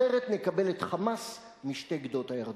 אחרת נקבל את "חמאס" משתי גדות הירדן.